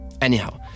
Anyhow